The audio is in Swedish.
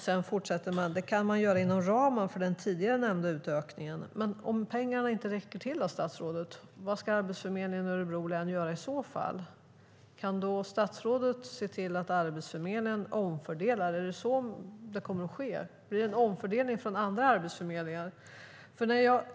Detta kan man göra inom ramen för den tidigare nämnda utökningen." Men om pengarna inte räcker till, statsrådet, vad ska Arbetsförmedlingen i Örebro län göra i så fall? Kan statsrådet se till att Arbetsförmedlingen omfördelar? Är det så det kommer att bli? Blir det en omfördelning från andra arbetsförmedlingar?